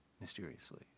mysteriously